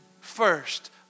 first